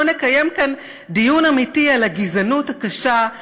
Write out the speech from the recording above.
לא נקיים כאן דיון אמיתי על הגזענות הקשה,